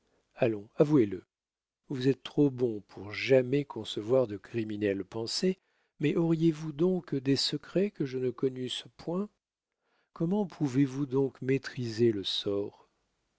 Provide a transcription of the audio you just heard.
allons avouez-le vous êtes trop bon pour jamais concevoir de criminelles pensées mais auriez-vous donc des secrets que je ne connusse point comment pouvez-vous donc maîtriser le sort